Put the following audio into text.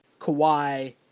Kawhi